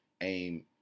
aim